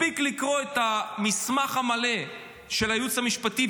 מספיק לקרוא את המסמך המלא של הייעוץ המשפטי,